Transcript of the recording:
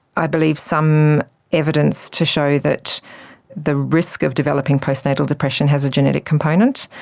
i believe, some evidence to show that the risk of developing postnatal depression has a genetic component.